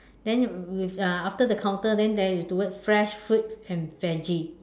then with uh after the counter then there is the word fresh fruits and veggie